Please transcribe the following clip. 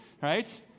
right